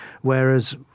Whereas